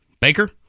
Baker